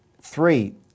Three